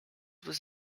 was